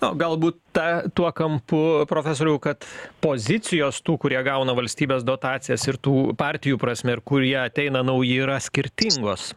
nu galbūt ta tuo kampu profesoriau kad pozicijos tų kurie gauna valstybės dotacijas ir tų partijų prasme ir kurie ateina nauji yra skirtingos